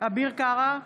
אביר קארה,